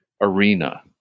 arena